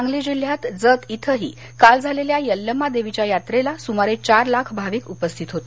सांगली जिल्ह्यात जत इथ काल झालेल्या यल्लमा देवीच्या यात्रेला सूमारे चार लाख भाविक उपस्थित होते